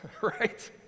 right